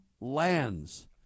lands